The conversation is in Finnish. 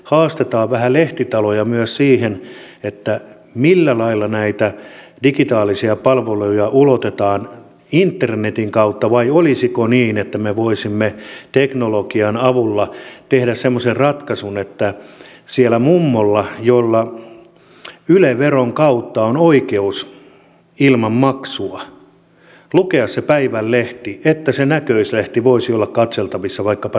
haastetaan vähän lehtitaloja myös siihen että millä lailla näitä digitaalisia palveluja ulotetaan internetin kautta vai olisiko niin että me voisimme teknologian avulla tehdä semmoisen ratkaisun että sillä mummolla jolla yle veron kautta on oikeus ilman maksua lukea se päivän lehti se näköislehti voisi olla katseltavissa vaikkapa television kautta